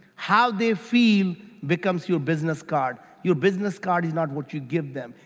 how they feel becomes your business card. your business card is not what you give them,